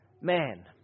man